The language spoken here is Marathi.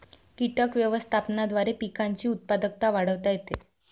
कीटक व्यवस्थापनाद्वारे पिकांची उत्पादकता वाढवता येते